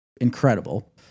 incredible